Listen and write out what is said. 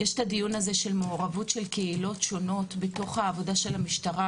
יש את הדיון הזה של מעורבות של קהילות שונות בתוך העבודה של המשטרה,